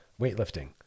Weightlifting